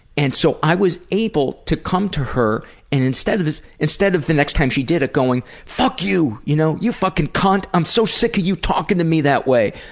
and so i was able to come to her and instead of instead of the next time she did it going fuck you! you know you fucking cunt! i'm so sick of you talking to me that way!